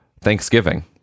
Thanksgiving